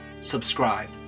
subscribe